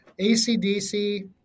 ACDC